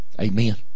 Amen